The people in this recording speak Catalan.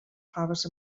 faves